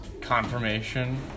confirmation